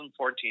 2014